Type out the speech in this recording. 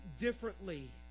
differently